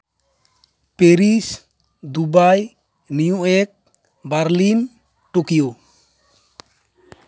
Paris Dubai New York Berlin Tokyo